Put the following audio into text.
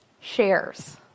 shares